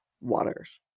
waters